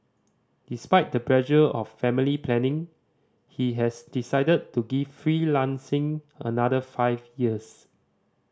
despite the pressure of family planning he has decided to give freelancing another five years